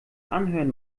anhören